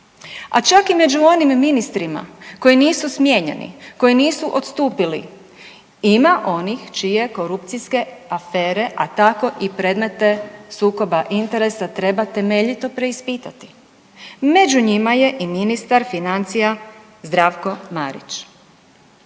A čak i među onim ministrima koji nisu smijenjeni, koji nisu odstupili, ima onih čiji korupcijske afere, a tako i predmete sukoba interesa, treba temeljito preispitati. Među njima je i ministar financija Zdravko Marić.